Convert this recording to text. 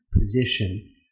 position